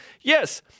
Yes